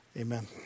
Amen